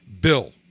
bill